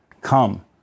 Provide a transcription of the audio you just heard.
come